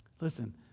Listen